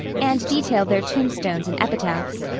and detailed their tombstones and epitaphs.